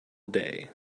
day